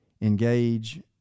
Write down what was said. engage